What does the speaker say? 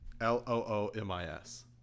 L-O-O-M-I-S